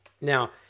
Now